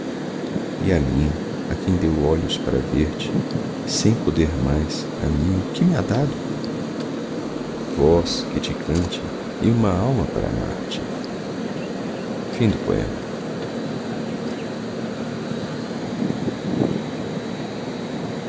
e a mim a quem deu olhos para ver-te sem poder mais a mim o que me ha dado voz que te cante e uma alma para amar-te a